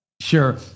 Sure